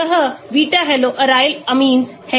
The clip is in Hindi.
यह beta halo aryl amines है